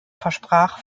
versprach